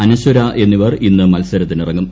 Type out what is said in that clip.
അനശ്വര എന്നിവർ ഇന്ന് മത്സരത്തിനിറങ്ങും